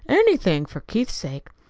anything for keith's sake.